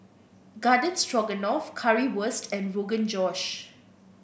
Garden Stroganoff Currywurst and Rogan Josh